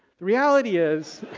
the reality is